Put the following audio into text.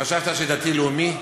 חשבת שדתי-לאומי?